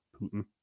Putin